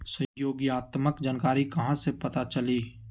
सहयोगात्मक जानकारी कहा से पता चली?